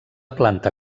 planta